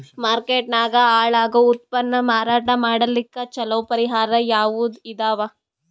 Market ನಾಗ ಹಾಳಾಗೋ ಉತ್ಪನ್ನ ಮಾರಾಟ ಮಾಡಲಿಕ್ಕ ಚಲೋ ಪರಿಹಾರ ಯಾವುದ್ ಇದಾವ?